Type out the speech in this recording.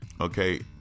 okay